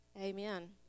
amen